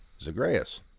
Zagreus